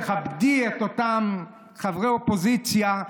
תכבדי את אותם חברי אופוזיציה,